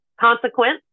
Consequence